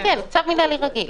צו מינהלי רגיל.